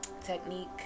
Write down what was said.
technique